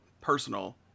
personal